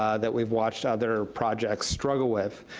ah that we've watched other projects struggle with.